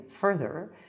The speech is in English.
further